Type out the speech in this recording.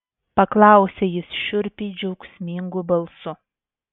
paklausė jis šiurpiai džiaugsmingu balsu